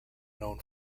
known